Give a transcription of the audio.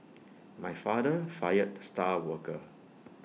my father fired the star worker